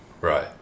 Right